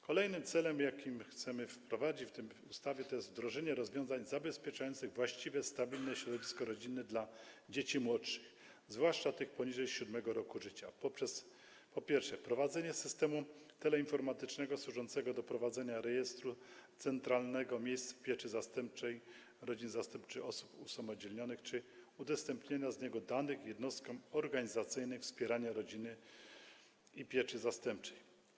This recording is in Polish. Kolejnym celem, jaki chcemy określić w tej ustawie, jest wdrożenie rozwiązań zabezpieczających właściwe, stabilne środowisko rodzinne dla dzieci młodszych, zwłaszcza tych poniżej 7. roku życia, poprzez, po pierwsze, wprowadzenie systemu teleinformatycznego służącego do prowadzenia rejestru centralnego miejsc pieczy zastępczej, rodzin zastępczych, osób usamodzielnianych oraz udostępniania z niego danych jednostkom organizacyjnym wspierania rodziny i pieczy zastępczej.